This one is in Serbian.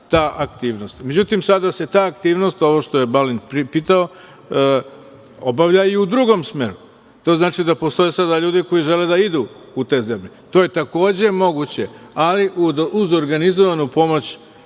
ta aktivnost. Međutim, sada se ta aktivnost, ovo što je Balint pitao, obavlja i u drugom smeru. To znači da postoje sada ljudi koji žele da idu u te zemlje. To je, takođe, moguće, ali uz organizovanu pomoć